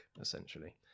essentially